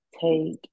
take